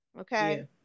Okay